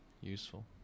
useful